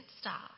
stop